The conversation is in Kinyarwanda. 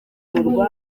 inkingo